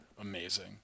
amazing